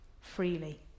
freely